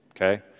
okay